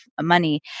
money